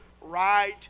right